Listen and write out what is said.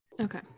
Okay